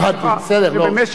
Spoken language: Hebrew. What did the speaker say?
שבמשך הזמן אני אסתגל.